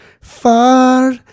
far